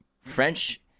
French